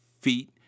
feet